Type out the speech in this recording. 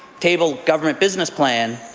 table government business plan.